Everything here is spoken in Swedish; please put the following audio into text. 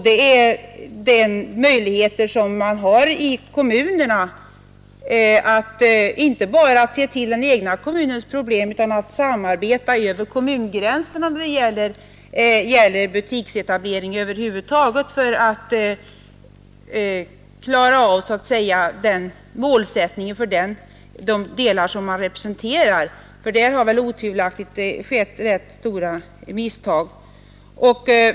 Det är de möjligheter som man har i kommunerna att inte bara se till den egna kommunens problem, utan att samarbeta över kommungränserna i fråga om butiksetablering över huvud taget för att så att säga klara av målsättningen för de områden som man representerar. Där har det otvivelaktigt skett rätt stora misstag.